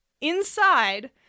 Inside